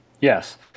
Yes